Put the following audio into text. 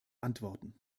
antworten